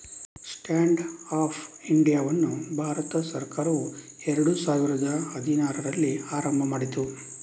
stand up ಇಂಡಿಯಾವನ್ನು ಭಾರತ ಸರ್ಕಾರವು ಎರಡು ಸಾವಿರದ ಹದಿನಾರರಲ್ಲಿ ಆರಂಭ ಮಾಡಿತು